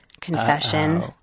confession